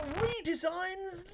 redesigns